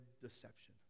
deception